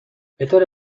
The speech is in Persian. بطور